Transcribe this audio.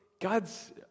God's